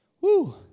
Woo